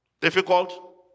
difficult